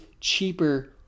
cheaper